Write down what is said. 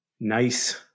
nice